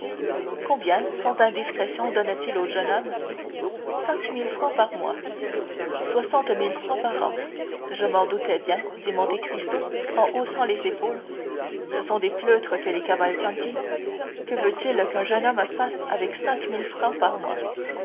combien sans indiscrétion donne-t-il au jeune homme cinq mille francs par mois soixante mille francs par an je m'en doutais bien dit monte cristo en haussant les épaules ce sont des pleutres que les cavalcanti que veut-il qu'un jeune homme fasse avec cinq mille francs par mois